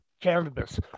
cannabis